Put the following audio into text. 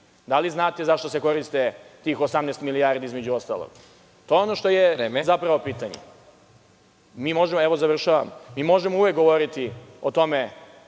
Da li znate zašto se koriste tih 18 milijardi, između ostalog? To je ono što je pitanje. Evo završavam. Mi možemo uvek govoriti o tome